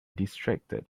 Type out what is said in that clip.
distracted